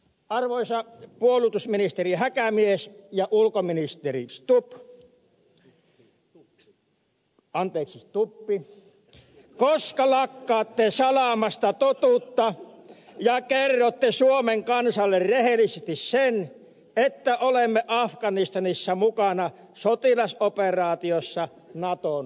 arvoisat puolustusministeri häkämies ja ulkoministeri stubb koska lakkaatte salaamasta totuutta ja kerrotte suomen kansalle rehellisesti sen että olemme afganistanissa mukana sotilasoperaatiossa naton rinnalla